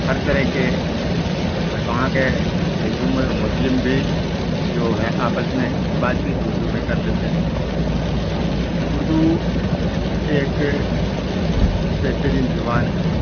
ہر طرح کے وہاں کے ہندو مسلم بھی جو ہے آپس میں بات چیت اردو میں کر لیتے ہیں اردو ایک بہترین زبان ہے